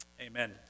Amen